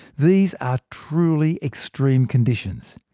these are truly extreme conditions.